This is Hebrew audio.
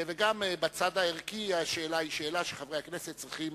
וגם בצד הערכי השאלה היא שאלה שחברי הכנסת צריכים